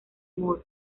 moore